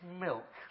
milk